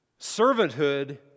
Servanthood